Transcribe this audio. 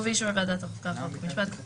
ובאישור ועדת החוקה חוק ומשפט של הכנסת" ככל